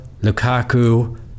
Lukaku